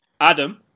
Adam